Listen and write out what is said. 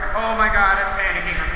oh, my god, i'm panicking.